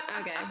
Okay